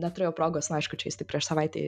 neturėjau progos aišku čia jis tik prieš savaitė